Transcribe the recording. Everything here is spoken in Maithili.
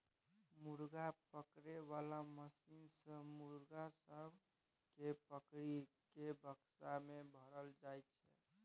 मुर्गा पकड़े बाला मशीन सँ मुर्गा सब केँ पकड़ि केँ बक्सा मे भरल जाई छै